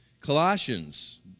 Colossians